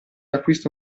acquista